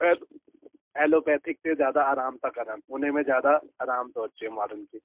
L allopathic ते ज्यादा आरामु था करनि उन में ज्यादा आरामु थो अचे माण्हुनि खे